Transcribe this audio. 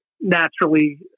naturally